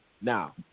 now